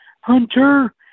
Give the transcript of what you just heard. hunter